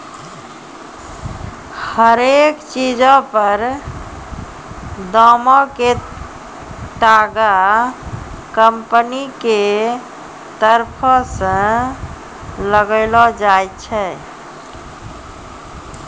हरेक चीजो पर दामो के तागा कंपनी के तरफो से लगैलो जाय छै